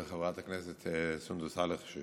חברת הכנסת סונדוס סאלח,